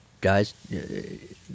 guys